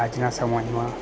આજના સમાજમાં